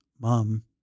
mom